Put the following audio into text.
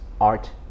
art